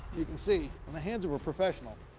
you can see in the hands of a professional,